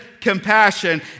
compassion